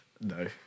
No